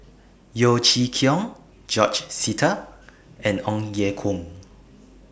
Yeo Chee Kiong George Sita and Ong Ye Kung